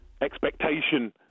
expectation